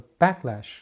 backlash